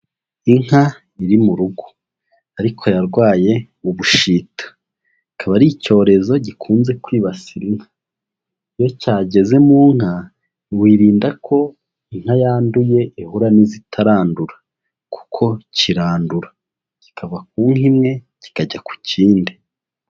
Inka iri mu rugo ariko yarwaye ubushita, akaba ari icyorezo gikunze kwibasira inka, iyo cyageze mu nka wirinda ko inka yanduye ihura n'izitarandura kuko kirandura, kikava ku nka imwe kikajya ku kindi.